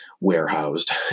warehoused